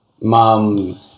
Mom